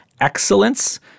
excellence